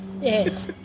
Yes